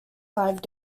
five